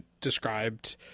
described